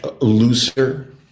looser